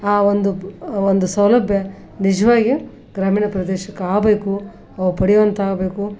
ಆ ಒಂದು ಆ ಒಂದು ಸೌಲಭ್ಯ ನಿಜ್ವಾಗಿಯೂ ಗ್ರಾಮೀಣ ಪ್ರದೇಶಕ್ಕೆ ಆಗ್ಬೇಕು ಪಡಿವಂತಾಗಬೇಕು